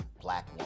black